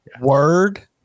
word